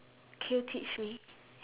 can you teach me